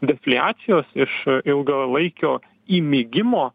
defliacijos iš ilgalaikio įmigimo